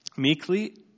meekly